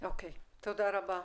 אוקיי, תודה רבה.